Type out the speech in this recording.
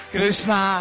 Krishna